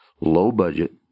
low-budget